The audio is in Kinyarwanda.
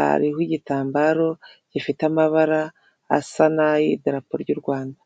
ariho igitambaro gifite amabara asa n'ay'idarapo ry'u Rwanda.